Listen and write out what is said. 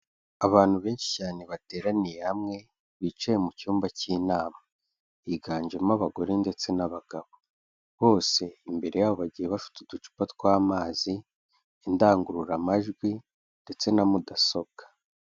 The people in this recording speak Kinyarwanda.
Abantu benshi cyane bateraniye hamwe, bicaye mu cyumba cy'inama, higanjemo abagore ndetse n'abagabo, bose imbere yabo bagiye bafite uducupa tw'amazi, indangururamajwi ndetse na mudasobwa.